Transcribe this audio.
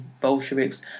Bolsheviks